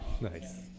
Nice